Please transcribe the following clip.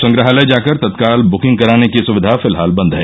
संग्रहालय जाकर तत्काल बुकिंग कराने की सुविधा फिलहाल बंद है